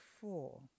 four